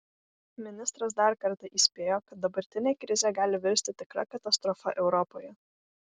ministras dar kartą įspėjo kad dabartinė krizė gali virsti tikra katastrofa europoje